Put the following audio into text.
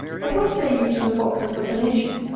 but what say you to the foxes of the nation,